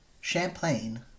Champlain